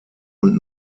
und